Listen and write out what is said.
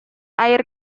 air